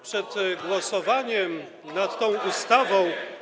Przed głosowaniem nad tą ustawą.